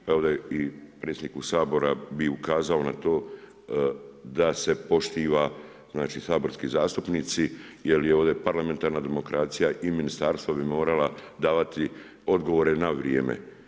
Pa ovdje i predsjedniku Sabora bi ukazao na to da se poštiva znači saborski zastupnici, jer je ovdje parlamentarna demokracija i ministarstvo bi morala davati odgovorile na vrijeme.